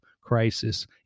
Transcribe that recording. crisis